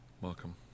Welcome